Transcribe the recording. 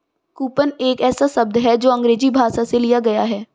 coupon एक ऐसा शब्द है जो अंग्रेजी भाषा से लिया गया है